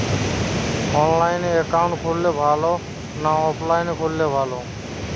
অনলাইনে একাউন্ট খুললে ভালো না অফলাইনে খুললে ভালো?